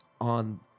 on